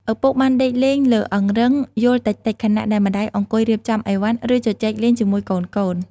ឪពុកបានដេកលេងលើអង្រឹងយោលតិចៗ ខណៈដែលម្តាយអង្គុយរៀបចំអីវ៉ាន់ ឬជជែកលេងជាមួយកូនៗ។